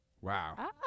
Wow